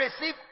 receive